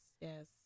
yes